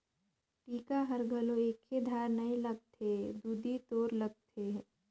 टीका हर घलो एके धार नइ लगथे दुदि तोर लगत हे